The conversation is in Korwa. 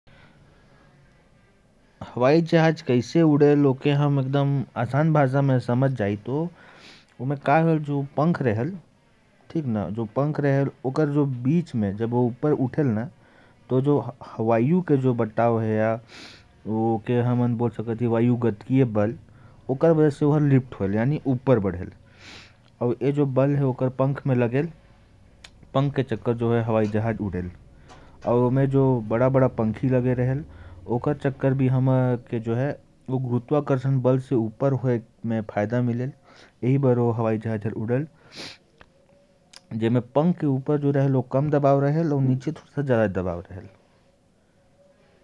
हवाई जहाज कैसे उड़ता है, हम इसे आसान भाषा में समझें तो, उसमें जो हवा का दबाव होता है, या बोले तो, उसमें जो हवा का दबाव पड़ता है, उसी कारण से वह ऊपर उड़ता है। और उसमें जो गुरुत्वाकर्षण बल लगता है, वही कारण होता है कि वह ऊपर उड़ता है।